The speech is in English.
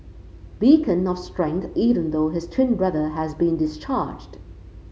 beacon of strength even though his twin brother has been discharged